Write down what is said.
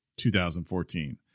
2014